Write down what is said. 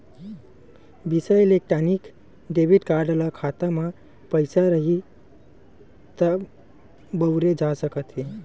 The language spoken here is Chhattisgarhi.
बिसा इलेक्टानिक डेबिट कारड ल खाता म पइसा रइही त बउरे जा सकत हे